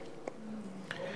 או